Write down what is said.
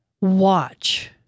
watch